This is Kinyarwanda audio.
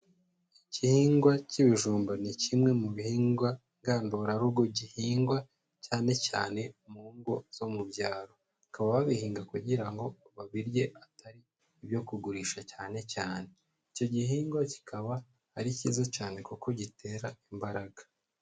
Igihingwa cy'ibijumba ni kimwe mu bihingwa ngandurarugo gihingwa cyane cyane mu ngo zo mu byaro, bakaba babihinga kugira ngo babirye atari ibyo kugurisha cyane cyane, icyo gihingwa kikaba ari cyiza cyane kuko gitera imbaraga.